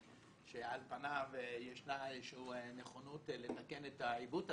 שעל פניו ישנה נכונות לתקן את העיוות הזה,